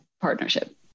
partnership